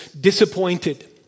disappointed